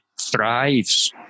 thrives